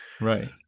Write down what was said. right